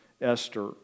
Esther